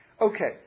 Okay